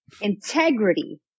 integrity